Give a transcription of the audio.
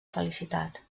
felicitat